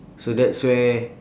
so that's where